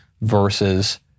versus